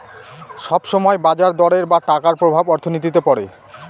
সব সময় বাজার দরের বা টাকার প্রভাব অর্থনীতিতে পড়ে